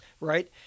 right